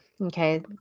Okay